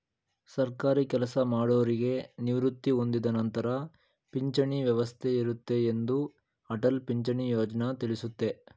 ಸರ್ಕಾರಿ ಕೆಲಸಮಾಡೌರಿಗೆ ನಿವೃತ್ತಿ ಹೊಂದಿದ ನಂತರ ಪಿಂಚಣಿ ವ್ಯವಸ್ಥೆ ಇರುತ್ತೆ ಎಂದು ಅಟಲ್ ಪಿಂಚಣಿ ಯೋಜ್ನ ತಿಳಿಸುತ್ತೆ